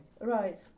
Right